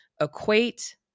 equate